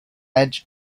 edge